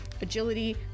agility